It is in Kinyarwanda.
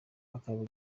ukaba